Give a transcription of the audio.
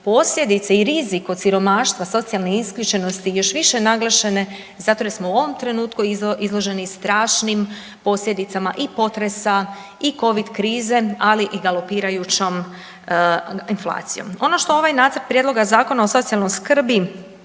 posljedice i rizik od siromaštva socijalne isključenosti još više naglašene zato jer smo u ovom trenutku izloženi strašnim posljedicama i potresa i covid krize, ali i galopirajućom inflacijom. Ono što ovaj nacrt prijedloga Zakona o socijalnoj skrbi